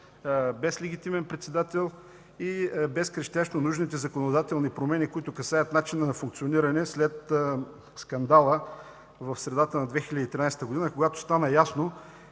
без легитимен председател и без крещящо нужните законодателни промени, които касаят начина на функциониране след скандала в средата на 2013 г., когато стана ясно